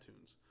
iTunes